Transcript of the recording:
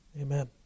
Amen